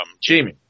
Jamie